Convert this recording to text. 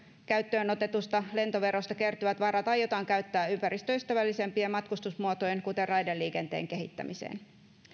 käyttöönotetusta lentoverosta kertyvät varat aiotaan käyttää ympäristöystävällisempien matkustusmuotojen kuten raideliikenteen kehittämiseen